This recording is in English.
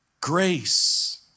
Grace